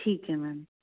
ਠੀਕ ਹੈ ਮੈਮ